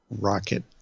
Rocket